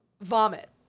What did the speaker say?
vomit